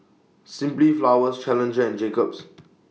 Simply Flowers Challenger and Jacob's